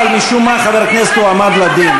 אבל משום מה חבר כנסת הועמד לדין.